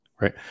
right